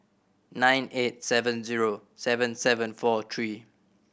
nine eight seven zero seven seven four three